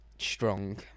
Strong